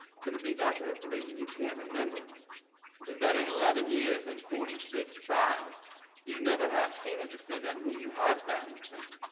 could it be, doctor, that the reason you can't remember is that in eleven years and forty six trials you never have seen a defendant whom you have found insane.